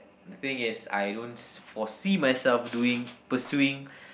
the thing is I don't foresee myself doing pursuing